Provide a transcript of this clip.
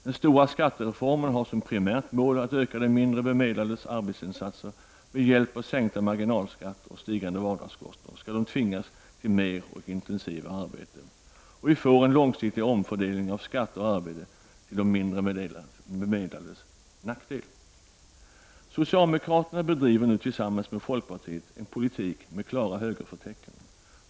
Den stora skattereformen har som primärt mål att öka de mindre bemedlades arbetsinsatser. Med hjälp av sänkta marginalskatter och stigande vardagskostnader skall de tvingas till mer och intensivare arbete. Vi får en långsiktig omfördelning av skatter och arbete till de mindre bemedlades nackdel. Socialdemokraterna bedriver nu tillsammans med folkpartiet en politik med klara högerförtecken.